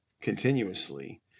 continuously